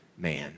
man